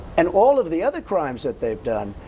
and all of the other crimes that they've done!